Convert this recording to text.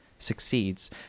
succeeds